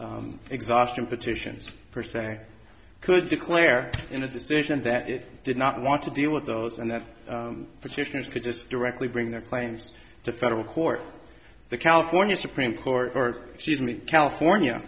e exhaustion petitions per se could declare in a decision that it did not want to deal with those and that petitioners could just directly bring their claims to federal court the california supreme court or she's in the california